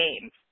games